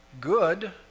good